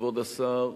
כבוד השר,